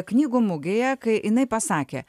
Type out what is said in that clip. knygų mugėje kai jinai pasakė